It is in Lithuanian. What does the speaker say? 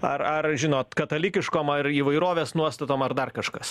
ar ar žinot katalikiškom ar įvairovės nuostatom ar dar kažkas